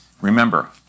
Remember